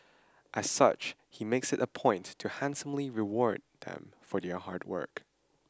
as such he makes it a point to handsomely reward them for their hard work